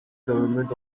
government